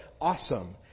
awesome